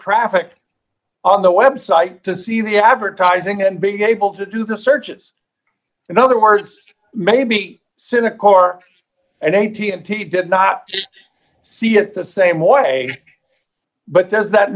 traffic on the website to see the advertising and big able to do the searches in other words maybe soon a car and a t and t did not see it the same way but does that